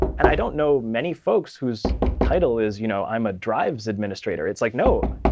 and i don't know many folks whose title is you know i'm a drives administrator. it's like no,